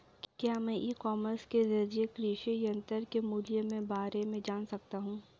क्या मैं e commerce के ज़रिए कृषि यंत्र के मूल्य में बारे में जान सकता हूँ?